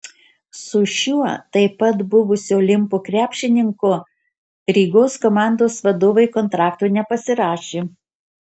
su šiuo taip pat buvusiu olimpo krepšininku rygos komandos vadovai kontrakto nepasirašė